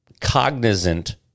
cognizant